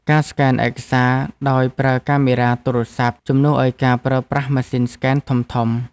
ការស្កេនឯកសារដោយប្រើកាមេរ៉ាទូរស័ព្ទ ជំនួសឱ្យការប្រើប្រាស់ម៉ាស៊ីនស្កេនធំៗ។